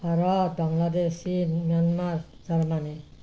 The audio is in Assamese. ভাৰত বাংলাদেশ চীন ম্যানমাৰ জাৰ্মানী